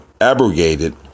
abrogated